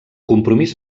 compromís